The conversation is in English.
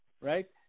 right